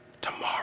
Tomorrow